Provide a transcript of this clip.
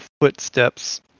Footsteps